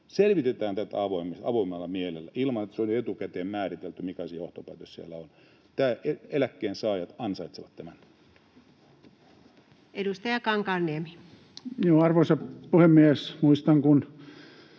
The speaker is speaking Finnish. Selvitetään tätä avoimella mielellä: ilman, että on etukäteen määritelty, mikä se johtopäätös siellä on. Eläkkeensaajat ansaitsevat tämän. Edustaja Kankaanniemi. Joo, arvoisa puhemies, muistan, kun